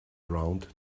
around